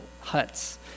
huts